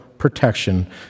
protection